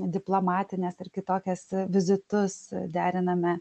diplomatines ar kitokias vizitus deriname